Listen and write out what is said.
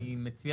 אני מציע